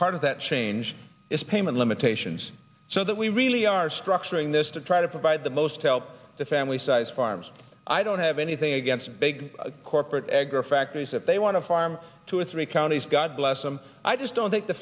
part of that change is payment limitations so that we really are structuring this to try to provide the most help the family size farms i don't have anything against big corporate egg or factories if they want to farm two or three counties god bless them i just don't think the